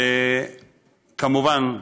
וכמובן,